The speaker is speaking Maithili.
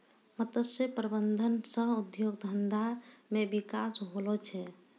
मत्स्य प्रबंधन सह उद्योग धंधा मे बिकास होलो छै